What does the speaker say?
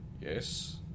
Yes